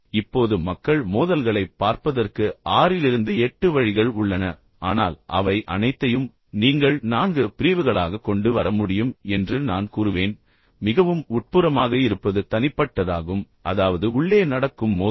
இப்போது மக்கள் மோதல்களைப் பார்ப்பதற்கு ஆறிலிருந்து எட்டு வழிகள் உள்ளன ஆனால் அவை அனைத்தையும் நீங்கள் நான்கு பிரிவுகளாகக் கொண்டு வர முடியும் என்று நான் கூறுவேன் மிகவும் உட்புறமாக இருப்பது தனிப்பட்டதாகும் அதாவது உள்ளே நடக்கும் மோதல்